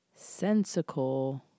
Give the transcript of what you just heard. sensical